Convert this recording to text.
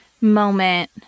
moment